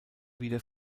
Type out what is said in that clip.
wieder